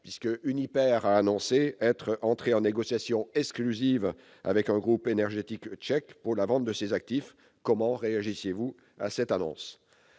Uniper a annoncé être entré en négociation exclusive avec un groupe énergétique tchèque pour la vente de ses actifs. Comment réagissez-vous à cette annonce ?